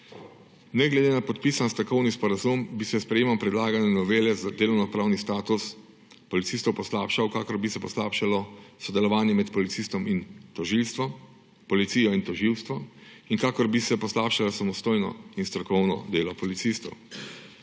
Ne glede na podpisani stavkovni sporazum bi se s sprejetjem predlagane novele delovnopravni status policistov poslabšal, kakor bi se poslabšalo sodelovanje med policijo in tožilstvom in kakor bi se poslabšalo samostojno in strokovno delo policistov.